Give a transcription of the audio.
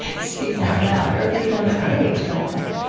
speak out loud, or read on the page like that